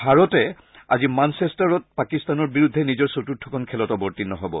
ভাৰতে আজি মাট্টেষ্টাৰত পাকিস্তানৰ বিৰুদ্ধে নিজৰ চতুৰ্থখন খেলত অৱতীৰ্ণ হব